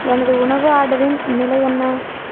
எனது உணவு ஆர்டரின் நிலை என்ன